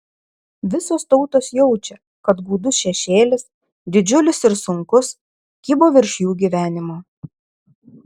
visos tautos jaučia kad gūdus šešėlis didžiulis ir sunkus kybo virš jų gyvenimo